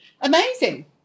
amazing